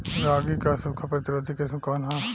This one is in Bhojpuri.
रागी क सूखा प्रतिरोधी किस्म कौन ह?